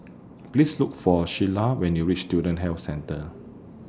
Please Look For Sheilah when YOU REACH Student Health Centre